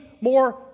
more